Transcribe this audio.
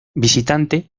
visitante